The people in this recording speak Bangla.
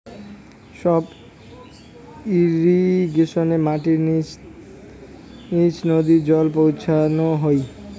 সাব ইর্রিগেশনে মাটির নিচ নদী জল পৌঁছানো হই